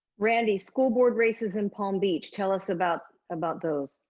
randy, school board races in palm beach, tell us about about those.